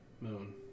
moon